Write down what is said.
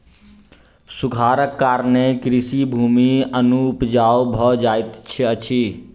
सूखाड़क कारणेँ कृषि भूमि अनुपजाऊ भ जाइत अछि